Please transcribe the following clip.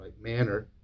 manner